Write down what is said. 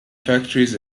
factories